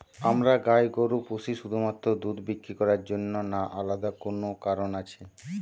আমরা গাই গরু পুষি শুধুমাত্র দুধ বিক্রি করার জন্য না আলাদা কোনো কারণ আছে?